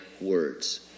words